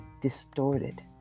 distorted